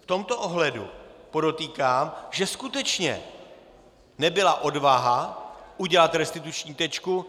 V tomto ohledu podotýkám, že skutečně nebyla odvaha udělat restituční tečku.